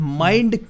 mind